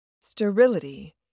sterility